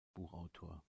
buchautor